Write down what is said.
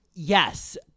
Yes